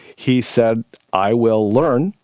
he said i will learn,